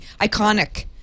Iconic